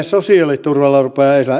sosiaaliturvalla rupeavat